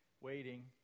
waiting